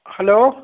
hello